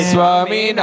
Swami